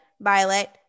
Violet